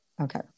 Okay